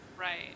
right